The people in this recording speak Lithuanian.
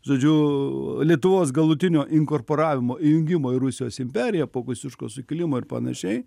žodžiu lietuvos galutinio inkorporavimo įjungimo į rusijos imperiją po kosciuškos sukilimo ir panašiai